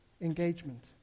engagement